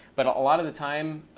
but a lot of the time,